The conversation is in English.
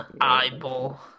Eyeball